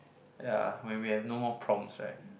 ya when we have no more prompts right